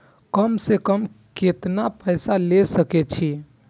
कम से कम केतना पैसा ले सके छी?